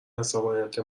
عصبانیت